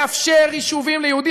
לאפשר יישובים ליהודים,